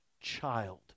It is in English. child